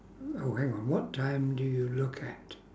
oh hang on what time do you look at